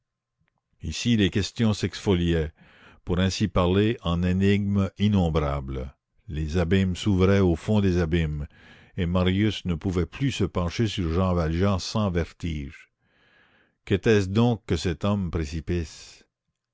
ici les questions s'exfoliaient pour ainsi parler en énigmes innombrables les abîmes s'ouvraient au fond des abîmes et marius ne pouvait plus se pencher sur jean valjean sans vertige qu'était-ce donc que cet homme précipice